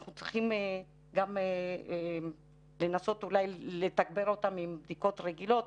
אנחנו צריכים גם לנסות אולי לתגבר אותן עם בדיקות רגילות.